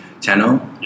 channel